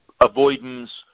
avoidance